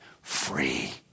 free